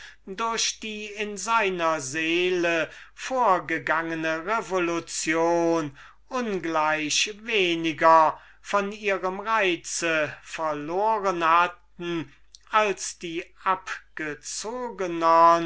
durch die in seiner seele vorgegangene revolution ungleich weniger von ihrem reiz verloren hatten als die